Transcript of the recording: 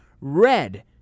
Red